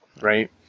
Right